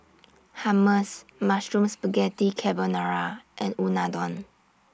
Hummus Mushroom Spaghetti Carbonara and Unadon